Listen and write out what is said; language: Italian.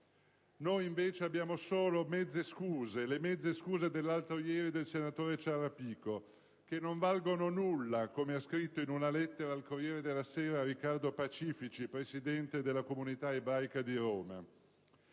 Noi invece abbiamo solo le mezze scuse dell'altro ieri del senatore Ciarrapico, che «non valgono nulla», come ha scritto, in una lettera al «Corriere della Sera», Riccardo Pacifici, presidente della Comunità ebraica di Roma.